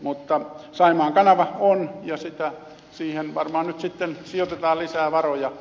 mutta saimaan kanava on ja siihen varmaan nyt sitten sijoitetaan lisää varoja